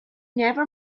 never